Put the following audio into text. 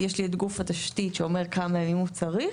יש לי את גוף התשתית שאומר כמה ימים הוא צריך,